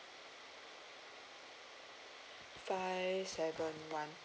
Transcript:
five seven one